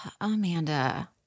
Amanda